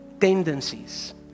tendencies